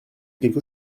quelque